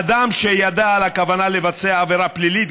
אדם שידע על הכוונה לבצע עבירה פלילית,